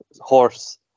horse